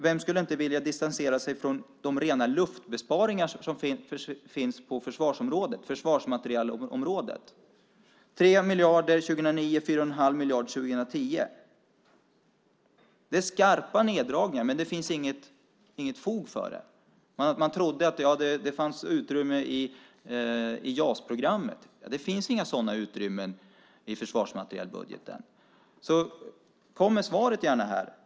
Vem skulle inte vilja distansera sig från de rena luftbesparingar som finns på försvarsmaterielområdet? Det är 3 miljarder år 2009 och 4 1⁄2 miljard år 2010. Det är skarpa neddragningar, men det finns inget fog för dem. Man trodde att det fanns utrymme i JAS-programmet, men det finns inga sådana utrymmen i försvarsmaterielbudgeten. Kom gärna med svaret!